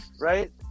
Right